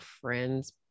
friends